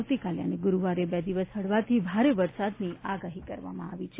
આવતીકાલે અને ગુરૂવારે બે દિવસ હળવાથી ભારે વરસાદની આગાહી કરવામાં આવી છે